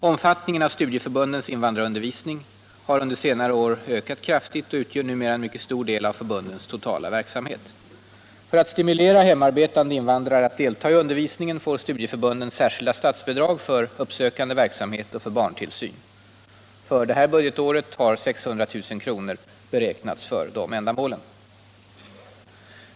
Omfattningen av studieförbundens invandrarundervisning har under senare år ökat kraftigt, och denna undervisning utgör numera en mycket stor del av förbundens totala verksamhet. För att stimulera hemarbetande invandrare att delta i undervisningen får studieförbunden särskilda statsbidrag för uppsökande verksamhet och för barntillsyn. För innevarande budgetår har 600 000 kr. beräknats för dessa ändamål.